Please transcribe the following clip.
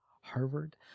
Harvard